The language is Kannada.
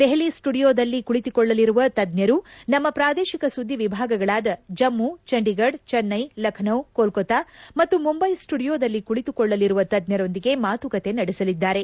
ದೆಹಲಿ ಸ್ವುಡಿಯೋದಲ್ಲಿ ಕುಳಿತುಕೊಳ್ಳಲಿರುವ ತಜ್ಞರು ನಮ್ಮ ಪ್ರಾದೇಶಿಕ ಸುದ್ದಿ ವಿಭಾಗಗಳಾದ ಜಮ್ಮು ಚಂಡೀಗಧ ಚೆನ್ನೈ ಲಖನೌ ಕೋಲ್ಕೊತಾ ಮತ್ತು ಮುಂಬೈ ಸ್ಟುಡಿಯೋದಲ್ಲಿ ಕುಳಿತುಕೊಳ್ಳಲಿರುವ ತಜ್ಞರೊಂದಿಗೆ ಮಾತುಕತೆ ನಡೆಸಲಿದ್ದಾರೆ